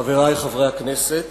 תודה רבה, חברי חברי הכנסת,